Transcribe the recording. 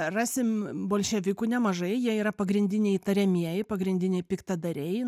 rasim bolševikų nemažai jie yra pagrindiniai įtariamieji pagrindiniai piktadariai